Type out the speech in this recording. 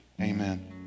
Amen